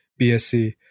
BSC